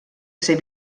ser